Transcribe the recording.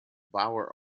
bowyer